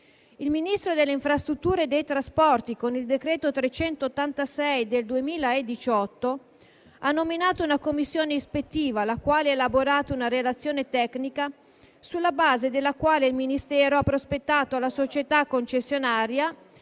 il Ministro delle infrastrutture e dei trasporti, con il decreto n. 386 del 2018, ha nominato una commissione ispettiva, la quale ha elaborato una relazione tecnica, sulla base della quale il Ministero ha prospettato alla società concessionaria